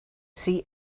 see